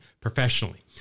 professionally